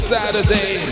Saturday